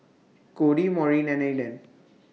Cody Maureen and Eden